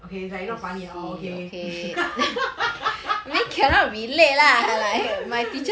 okay like is not funny at all okay